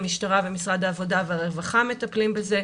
המשטרה ומשרד העבודה והרווחה מטפלים בזה.